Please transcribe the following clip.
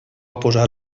oposar